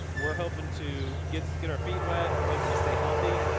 we're hoping to get so get our feet wet. we're hoping to stay healthy.